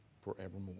forevermore